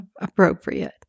appropriate